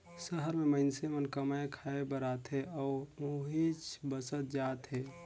सहर में मईनसे मन कमाए खाये बर आथे अउ उहींच बसत जात हें